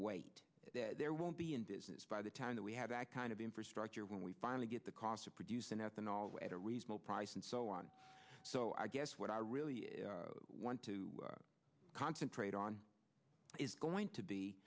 wait that there won't be in business by the time that we have that kind of infrastructure when we finally get the cost of producing ethanol whether reasonable price and so on so i guess what i really want to concentrate on is going to be